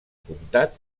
comtat